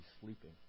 sleeping